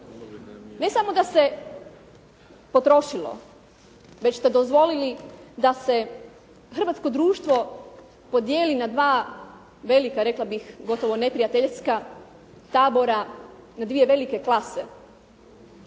Ne samo da se potrošilo, već ste dozvolili da hrvatsko društvo podijeli na dva velika rekla bih neprijateljska tabora, na dvije velike klase.